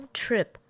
trip